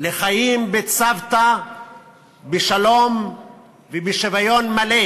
לחיים בצוותא בשלום ובשוויון מלא